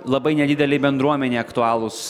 labai nedidelei bendruomenei aktualūs